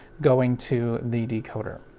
going to the decoder.